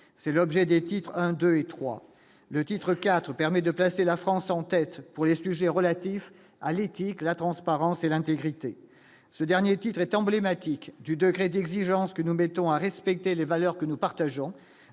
c'est l'objet des titres 1 2 et 3 le titre 4 permet de placer la France en tête pour l'reste j'ai relatifs à l'éthique, la transparence et l'intégrité, ce dernier titre est emblématique du degré d'exigence que nous mettons à respecter les valeurs que nous partageons,